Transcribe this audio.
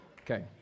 Okay